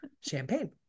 champagne